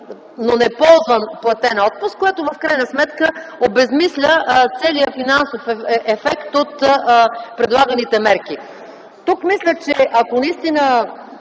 но неизползван платен отпуск, което в крайна сметка обезсмисля целия финансов ефект от предлаганите мерки. Мисля, че ако наистина